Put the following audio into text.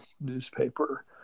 newspaper